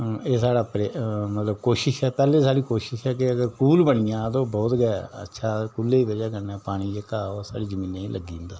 एह् साढ़ा मतलब कोशिश ऐ पैह्ले साढ़ी कोशिश ऐ की अगर कूह्ल बनी जा ते ओह् बहोत गै अच्छा कूह्ले ई बजह् कन्नै पानी जेह्का ओह् साढ़ी जमीनै ई लग्गी जंदा